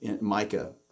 Micah